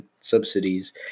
subsidies